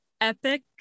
epic